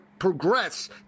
progress